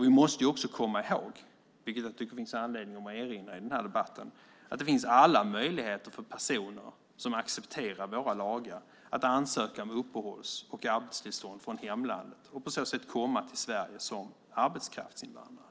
Vi måste också komma ihåg, vilket jag tycker att det finns anledning att erinra om i denna debatt, att det finns alla möjligheter för personer som accepterar våra lagar att ansöka om uppehålls och arbetstillstånd från hemlandet och på så sätt komma till Sverige som arbetskraftsinvandrare.